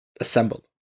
assembled